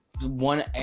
one